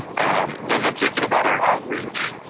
and then thinking about our outreach,